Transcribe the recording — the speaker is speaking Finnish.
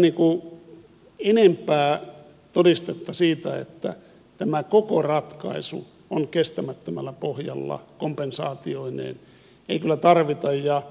minusta enempää todistetta siitä että tämä koko ratkaisu kompensaatioineen on kestämättömällä pohjalla ei kyllä tarvita ja